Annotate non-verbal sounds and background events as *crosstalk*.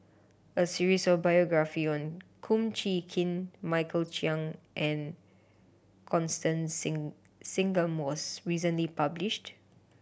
a series of biography *unintelligible* Kum Chee Kin Michael Chiang and Constance Sing Singam was recently published